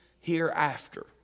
hereafter